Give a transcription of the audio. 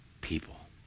people